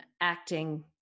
acting